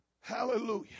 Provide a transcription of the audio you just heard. Hallelujah